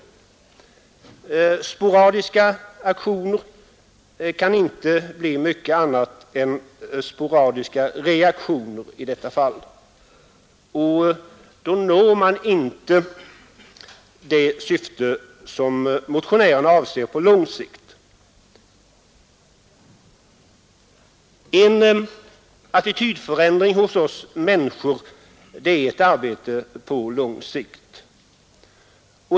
Resultatet av sporadiska aktioner kan inte bli mycket annat än sporadiska reaktioner i detta fall, och därmed uppnår man inte det syfte som motionären avser på lång sikt. Att åstadkomma en attitydförändring hos oss människor är ett arbete på lång sikt.